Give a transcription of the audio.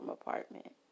apartment